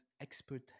expert